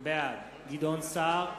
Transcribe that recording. בעד גדעון סער,